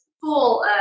full